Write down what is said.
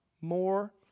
more